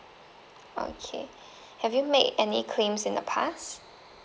okay have you made any claims in the past